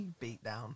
beatdown